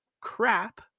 crap